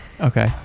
Okay